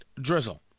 drizzle